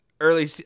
early